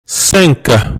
cinq